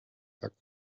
sack